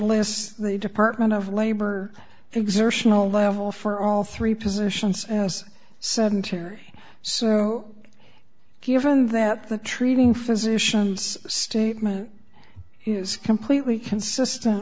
lists the department of labor exertional level for all three positions as sedentary so here found that the treating physicians statement is completely consistent